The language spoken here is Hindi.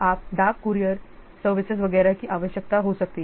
आप डाक कूरियर सर्विसेस वगैरह की आवश्यकता हो सकती है